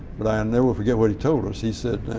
but i and never forget what he told us. he said,